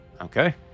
Okay